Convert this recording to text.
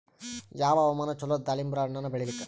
ಯಾವ ಹವಾಮಾನ ಚಲೋ ದಾಲಿಂಬರ ಹಣ್ಣನ್ನ ಬೆಳಿಲಿಕ?